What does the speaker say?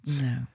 No